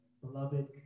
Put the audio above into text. Beloved